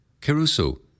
Caruso